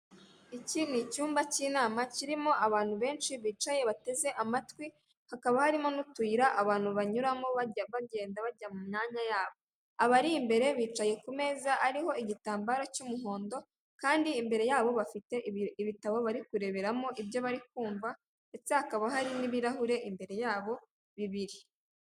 Iki ni icyumba cy'inama kirimo abantu benshi bicaye bateze amatwi, hakaba harimo n'utuyira abantu banyuramo bajya bagenda bajya mu myanya yabo, abari imbere bicaye ku meza ariho igitambaro cy'umuhondo kandi imbere yabo bafite ibitabo bari kureberamo ibyo bari kumva ndetse hakaba hari n'ibirahure imbere yabo bibiri.